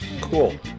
Cool